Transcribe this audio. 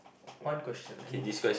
one question any question